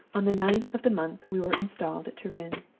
on the ninth of the month we were installed at turin.